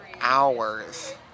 hours